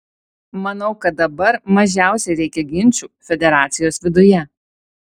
manau kad dabar mažiausiai reikia ginčų federacijos viduje